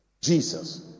jesus